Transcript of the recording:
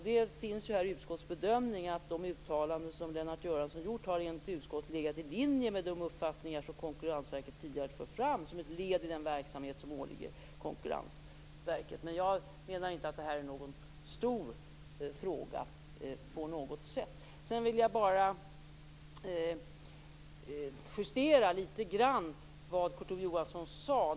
Det är ju utskottets bedömning att de uttalanden som Lennart Göranson gjort har legat i linje med de uppfattningar som Konkurrensverket tidigare fört fram som ett led i den verksamhet som åligger Konkurrensverket. Jag menar inte att detta på något sätt är en stor fråga. Jag vill bara litet grand justera det Kurt Ove Johansson sade.